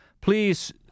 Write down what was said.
please